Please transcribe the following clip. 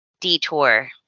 detour